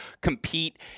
compete